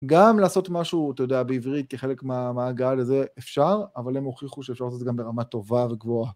גם לעשות משהו, אתה יודע, בעברית היא חלק מהגעה לזה, אפשר, אבל הם הוכיחו שאפשר לעשות את זה גם ברמה טובה וגבוהה.